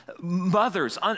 mothers